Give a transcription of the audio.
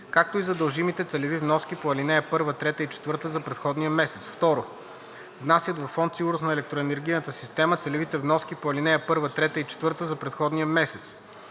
както и за дължимите целеви вноски по ал. 1, 3 и 4 за предходния месец; 2. внасят във Фонд „Сигурност на електроенергийната система“ целевите вноски по ал. 1, 3 и 4 за предходния месец.